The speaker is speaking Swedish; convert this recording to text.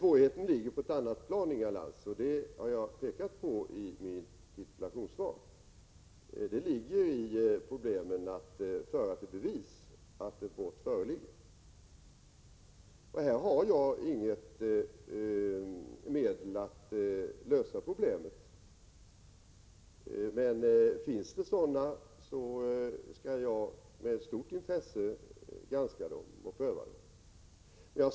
Svårigheten ligger på ett annat plan, Inga Lantz, vilket jag har pekat på i mitt interpellationssvar. Problemet är att föra till bevis att ett brott föreligger. Jag har inga medel att lösa dessa problem, men finns det sådana skall jag med stort intresse granska dem och pröva dem.